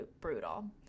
brutal